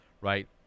right